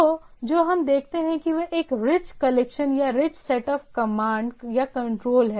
तो जो हम देखते हैं वह एक रिच कलेक्शन या रिच सेट ऑफ कमांड या कंट्रोल है